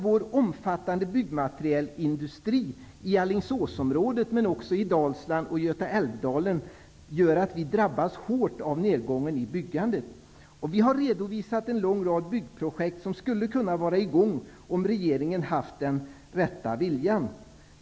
Vår omfattande byggmaterialindustri i Alingsåsomådet men också i Dalsland och Götaälvdalen gör att vi drabbas hårt av nedgången i byggandet. Vi har redovisat en lång rad byggprojekt som skulle ha kunnat vara i gång om regeringen hade haft den rätta viljan.